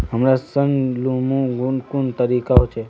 हमरा ऋण लुमू कुन कुन तरीका होचे?